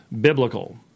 biblical